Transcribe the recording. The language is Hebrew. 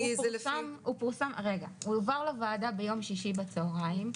הוא הועבר לוועדה ביום שישי בצוהריים,